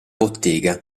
bottega